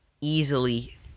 easily